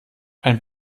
ein